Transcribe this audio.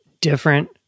different